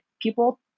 people